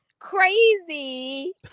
Crazy